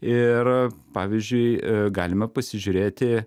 ir pavyzdžiui galime pasižiūrėti